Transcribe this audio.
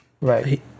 right